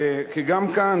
כי גם כאן,